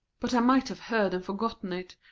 but i might have heard and forgotten it,